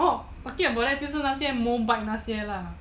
oh talking about that 就是那些 mobike 那些啊